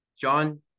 John